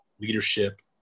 leadership